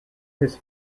his